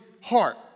heart